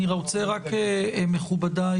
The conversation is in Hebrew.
מכובדיי,